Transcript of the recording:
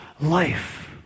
life